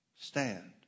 Stand